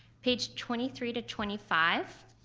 page twenty three to twenty five,